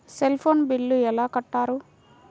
Cell phone bill ఎలా కట్టారు?